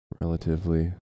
relatively